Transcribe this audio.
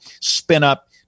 spin-up